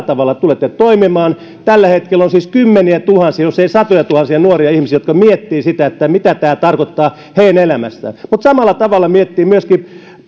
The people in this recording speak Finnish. tavalla tulette toimimaan tällä hetkellä on siis kymmeniätuhansia jos ei satojatuhansia nuoria ihmisiä jotka miettivät mitä tämä tarkoittaa heidän elämässään mutta samalla tavalla miettivät myöskin